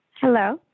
Hello